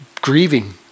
grieving